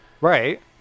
Right